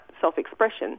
self-expression